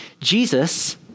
Jesus